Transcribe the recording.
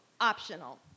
Optional